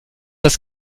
das